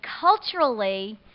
culturally